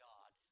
God